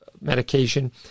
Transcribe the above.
medication